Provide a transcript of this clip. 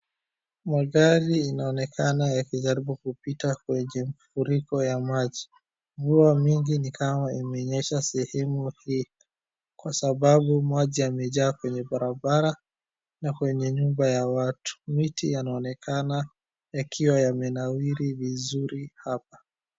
Magari inaonekana yakijaribu kupita kwenye mfuriko ya maji. Mvua mingi ni kama imenyesha sehemu hii kwa sababu maji yamejaa kwenye barabara na kwenye nyumba za watu. Miti yanaonekana yakiwa yamenawiri vizuri hapa.